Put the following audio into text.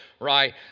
right